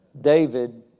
David